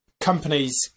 companies